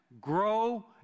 grow